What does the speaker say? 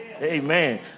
Amen